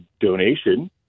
donation